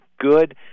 good